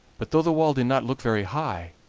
but though the wall did not look very high,